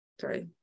Sorry